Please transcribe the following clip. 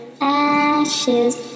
ashes